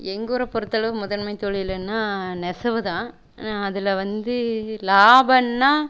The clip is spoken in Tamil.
எங்கூரை பொருத்தளவு முதன்மை தொழிலுன்னா நெசவு தான் அதில் வந்து லாபம்னா